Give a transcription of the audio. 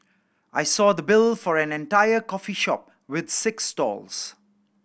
I saw the bill for an entire coffee shop with six stalls